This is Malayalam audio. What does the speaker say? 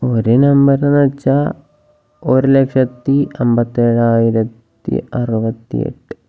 ഒരു നമ്പറെന്നുവച്ചാല് ഒരു ലക്ഷത്തി അമ്പത്തേഴായിരത്തി അറുപത്തി എട്ട്